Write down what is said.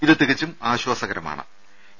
ഇത് തികച്ചും ആശ്വാസകരമാ ണ്